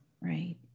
Right